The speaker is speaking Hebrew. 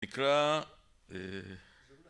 תקרא